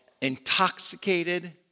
Intoxicated